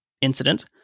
incident